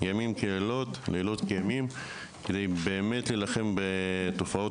פועלת ימים כלילות על מנת להילחם בתופעות